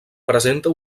presenta